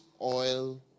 oil